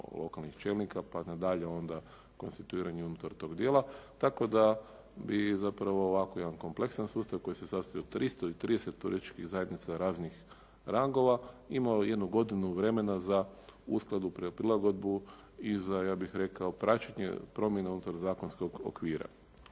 lokalnih čelnika pa nadalje onda konstituiranjem …/Govornik se ne razumije./… dijela tako da bi zapravo ovako jedan kompleksan sustav koji se sastoji od 330 turističkih zajednica raznih rangova imao jednu godinu vremena za uskladbu, prilagodbu i za ja bih rekao praćenje promjena unutar zakonskog okvira.